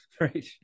Right